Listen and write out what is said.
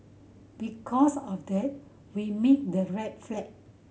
because of that we made the rate flat